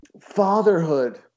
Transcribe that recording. fatherhood